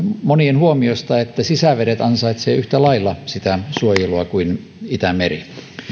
monien huomiosta että sisävedet ansaitsevat yhtä lailla sitä suojelua kuin itämeri